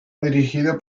dirigido